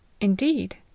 Indeed